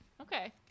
okay